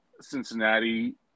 Cincinnati